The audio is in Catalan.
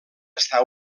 està